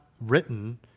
written